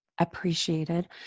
appreciated